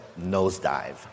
nosedive